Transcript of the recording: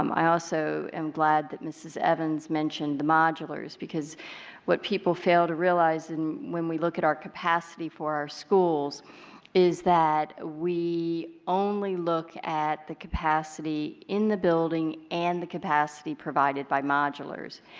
um i also am glad that mrs. evans mentioned the modulars. what people fail to realize and when we look at our capacity for our schools is that we only look at the capacity in the building and the capacity provided by modulars.